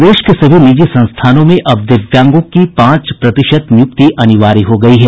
प्रदेश के सभी निजी संस्थानों में अब दिव्यांगों की पांच प्रतिशत नियुक्ति अनिवार्य हो गयी है